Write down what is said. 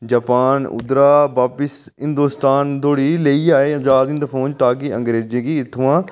Japan उद्धरा बापिस हिंदुस्तान धोड़ी लेइयै आए अजाद हिंद फौज ताकि अग्रेंजें गी इत्थुंआं